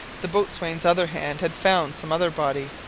the boatswains other hand had found some other body,